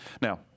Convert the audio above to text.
Now